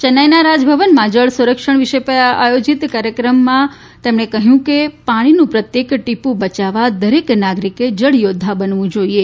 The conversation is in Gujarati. ચેન્નાઈનાં રાજભવનમાં જળસંરક્ષણ વિષય પર આયોજીત કાર્યક્રમમાં તેમણે કહ્યું કે પાણીનું પ્રત્યેક ટીપું બચાવવા દરેક નાગરીકે જળયોધ્ધા બનવું જોઈએ